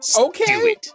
Okay